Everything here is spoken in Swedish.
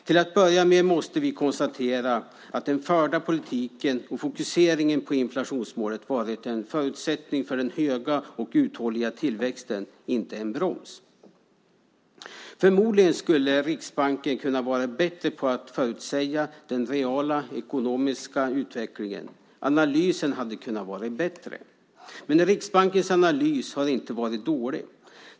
Till att börja med måste vi konstatera att den förda politiken och fokuseringen på inflationsmålet har varit en förutsättning för den höga och uthålliga tillväxten, och inte en broms. Förmodligen skulle Riksbanken ha kunnat vara bättre på att förutsäga den reala ekonomiska utvecklingen. Analysen hade kunnat vara bättre. Men Riksbankens analys har inte varit dålig.